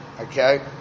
okay